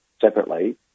separately